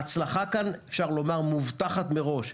אפשר לומר שההצלחה כאן מובטחת מראש,